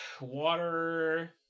Water